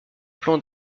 plan